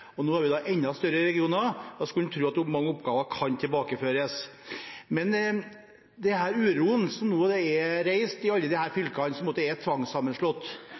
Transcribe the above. osv. Nå har vi enda større regioner. Da skulle man tro at mange oppgaver kan tilbakeføres. Men med den uroen som er reist i alle de fylkene som er tvangssammenslått,